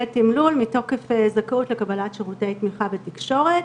ותימלול, מתוקף זכאות לקבלת שירותי תמיכה בתקשורת.